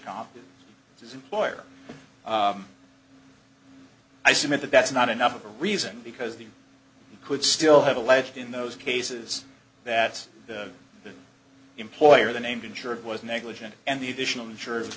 there's employer i submit that that's not enough of a reason because they could still have alleged in those cases that the employer the named insured was negligent and the additional insurance